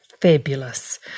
fabulous